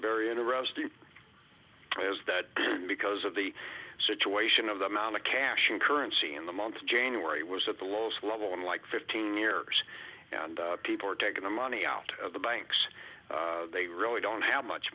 very interesting because of the situation of the amount of cash in currency in the month of january was at the lowest level in like fifteen years and people are taking the money out of the banks they really don't have much